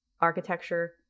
architecture